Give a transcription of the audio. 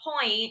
point